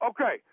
Okay